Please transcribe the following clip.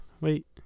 Wait